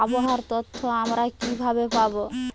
আবহাওয়ার তথ্য আমরা কিভাবে পাব?